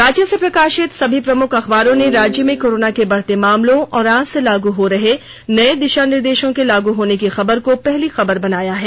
राज्य से प्रकाशित सभी प्रमुख अखबारों ने राज्य में कोरोना के बढ़ते मामलों और आज से लागू हो रहे नये दिशा निर्देशों के लागू होने की खबर को पहली खबर बनाया है